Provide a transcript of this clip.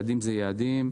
אלה היעדים,